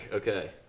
Okay